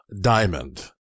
Diamond